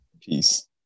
peace